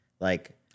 Like-